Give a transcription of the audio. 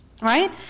right